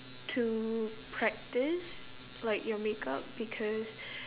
to practise like your makeup because